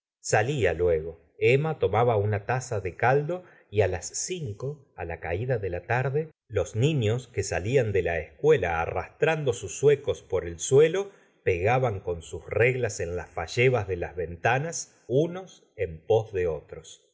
salia luego emma tomaba una taza de caldo y á las cinco á la caída de la tarde los niños que salían de la escuela arrastrando sus zuecos por el suelo pegaban con su reglas en las fallebas de las ventanas unos en pos de otros